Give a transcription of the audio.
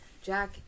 Jack